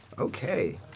okay